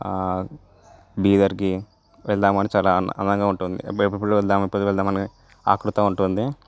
బీదర్కి వెళ్దామని చాలా అలాగ ఉంటుంది ఎప్పుడెప్పుడు వెళ్దామా ఎప్పుడెప్పుడు వెళ్దామని ఆతృత ఉంటుంది